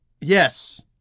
Yes